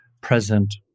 present